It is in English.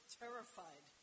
terrified